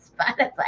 Spotify